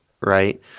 right